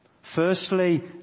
Firstly